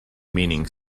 meaning